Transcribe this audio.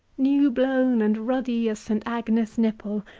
new-blown and ruddy as st. agnes' nipple.